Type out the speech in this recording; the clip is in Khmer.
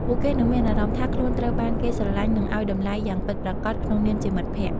ពួកគេនឹងមានអារម្មណ៍ថាខ្លួនត្រូវបានគេស្រឡាញ់និងឲ្យតម្លៃយ៉ាងពិតប្រាកដក្នុងនាមជាមិត្តភក្តិ។